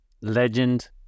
legend